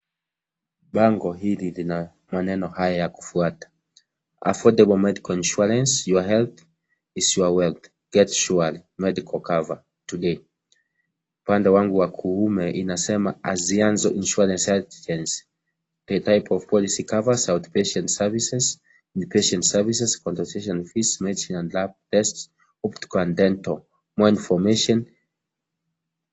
Bango hili lina maneno haya ya kufwata. Affodable Medical Insuarance, your health is your wealth, get Shwaari Medical Cover today . Upande wangu wa kuume inasema Anziano Insurance Agency. The policy covers, out patient services, inpatient services, consultation fees, medicines and lab tests. optical and dental. More informatio .